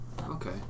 Okay